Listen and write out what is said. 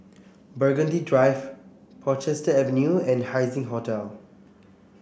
Burgundy Drive Portchester Avenue and Haising Hotel